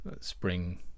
spring